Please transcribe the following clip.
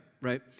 right